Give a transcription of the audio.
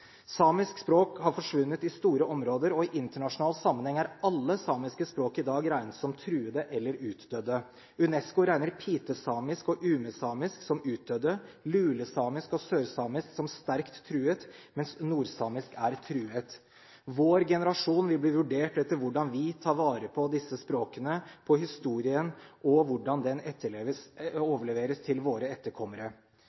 Samisk språk har forsvunnet i store områder, og i internasjonal sammenheng er alle samiske språk i dag regnet som truede eller utdødde. UNESCO regner pitesamisk og umesamisk som utdødde, lulesamisk og sørsamisk som sterkt truet, mens nordsamisk er truet. Vår generasjon vil bli vurdert etter hvordan vi tar vare på disse språkene, på historien og hvordan den